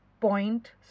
point